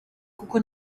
kuko